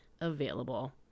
available